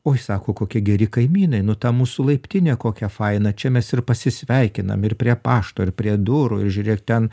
oi sako kokie geri kaimynai nu ta mūsų laiptinė kokia faina čia mes ir pasisveikinam ir prie pašto ir prie durų ir žiūrėk ten